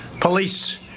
police